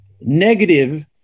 negative